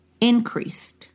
increased